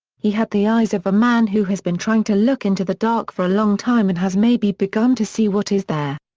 he had the eyes of a man who has been trying to look into the dark for a long time and has maybe begun to see what is there.